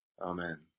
Amen